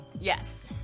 Yes